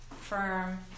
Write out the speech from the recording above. firm